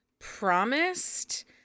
promised